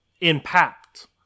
impact